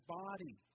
body